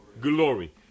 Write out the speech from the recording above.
glory